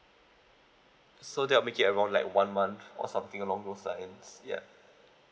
so that will make it around like one month or something along those lines ya